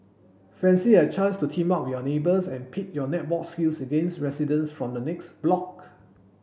fancy a chance to team up with your neighbours and pit your netball skills against residents from the next block